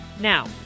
Now